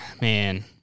man